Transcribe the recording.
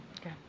okay